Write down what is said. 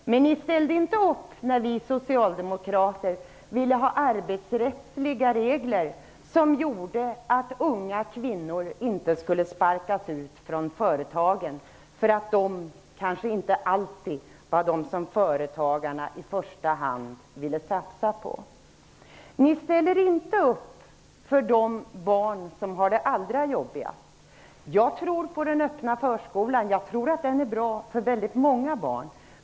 Men ni ställde inte upp när vi socialdemokrater ville ha arbetsrättsliga regler som gjorde att unga kvinnor inte skulle sparkas ut från företagen för att det kanske inte alltid var dem som företagarna i första hand ville satsa på. Ni ställer inte upp för de barn som har det allra jobbigast. Jag tror på den öppna förskolan. Jag tror att den är bra för väldigt många barn.